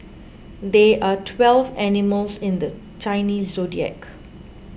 there are twelve animals in the Chinese zodiac